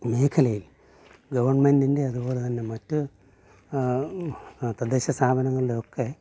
മേഖലയിൽ ഗവൺമെൻറിൻ്റെ അതുപോലെ തന്നെ മറ്റ് തദ്ദേശ സ്ഥാപനങ്ങളിലൊക്കെ